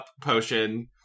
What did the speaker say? potion